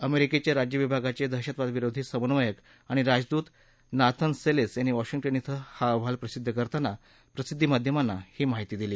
अमेरिकेचे राज्य विभागाचे दहशतवादविरोधी समन्वयक आणि राजदूत नाथन सेलेस यांनी वॉशिंग्टन ध्वे हा अहवाल प्रसिद्ध करताना प्रसिद्धीमाध्यमांना ही माहिती दिली